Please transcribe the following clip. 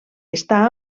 està